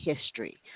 history